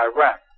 Iraq